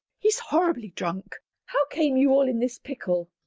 he's horridly drunk how came you all in this pickle?